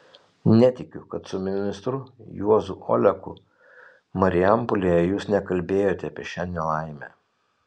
netikiu kad su ministru juozu oleku marijampolėje jūs nekalbėjote apie šią nelaimę